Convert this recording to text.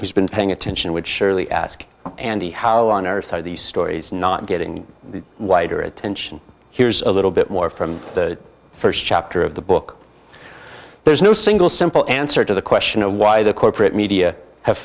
who's been paying attention would surely ask andy how on earth are these stories not getting wider attention here's a little bit more from the st chapter of the book there is no single simple answer to the question of why the corporate media have